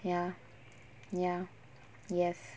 ya ya yes